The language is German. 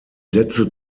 letzte